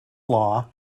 law